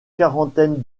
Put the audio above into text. quarantaine